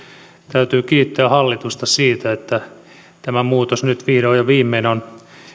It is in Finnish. täytyy kiittää hallitusta siitä että tätä muutosta nyt vihdoin ja viimein on